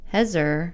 Hezer